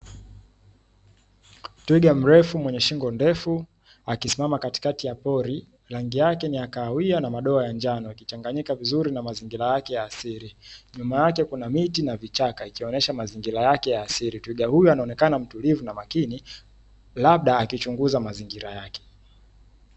Twiga mrefu mwenye shingo ndefu akisimama katikati ya pori, rangi yake ni ya kahawia na madoa ya njano yakichanganyika vizuri na mazingira yake ya asili. Nyuma yake kuna miti na vichaka ikionyesha mazingira yake ya asili. Twiga huyo anaonekana mtulivu na makini labda akichunguza mazingira yake.